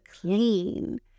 clean